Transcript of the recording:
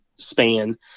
span